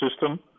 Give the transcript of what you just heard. system